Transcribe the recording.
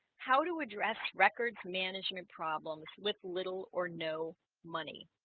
how to address records management problems with little or no money